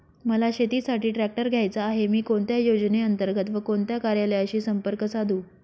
मला शेतीसाठी ट्रॅक्टर घ्यायचा आहे, मी कोणत्या योजने अंतर्गत व कोणत्या कार्यालयाशी संपर्क साधू?